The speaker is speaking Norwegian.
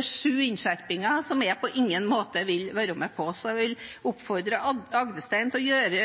sju innskjerpinger, som jeg på ingen måte vil være med på. Så jeg oppfordrer representanten Agdestein til å gjøre